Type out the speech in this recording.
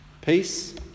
Peace